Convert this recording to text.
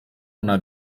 una